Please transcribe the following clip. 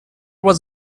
was